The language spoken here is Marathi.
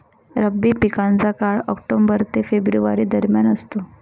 रब्बी पिकांचा काळ ऑक्टोबर ते फेब्रुवारी दरम्यान असतो